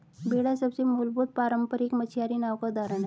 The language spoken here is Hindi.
बेड़ा सबसे मूलभूत पारम्परिक मछियारी नाव का उदाहरण है